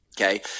Okay